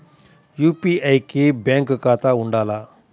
UPI కి bank ఖాతా ఉండాల?